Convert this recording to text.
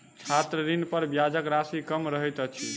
छात्र ऋणपर ब्याजक राशि कम रहैत अछि